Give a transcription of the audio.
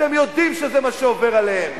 אתם יודעים שזה מה שעובר עליהם.